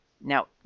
Now